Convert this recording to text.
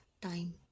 Time